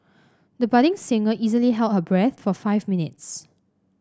the budding singer easily held her breath for five minutes